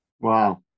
wow